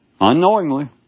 unknowingly